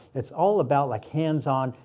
it's all about like hands-on,